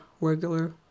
regular